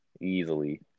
Easily